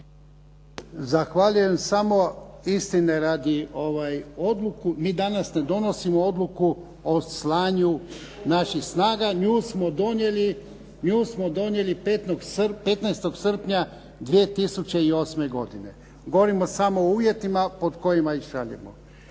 Zahvaljujem. Samo istine radi, mi danas ne donosimo odluku o slanju naših snaga. Nju smo donijeli 15. srpnja 2008. godina. Govorimo samo o uvjetima pod kojima ih šaljemo.